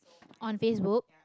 on Facebook